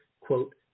quote